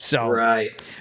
Right